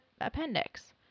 appendix